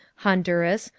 honduras,